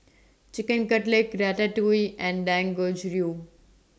Chicken Cutlet Ratatouille and Dangojiru